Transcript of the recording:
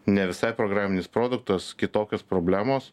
ne visai programinis produktas kitokios problemos